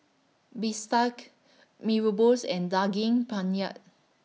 Bistake Mee Rebus and Daging Penyet